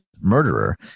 murderer